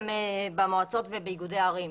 גם במועצות ובאיגודי ערים.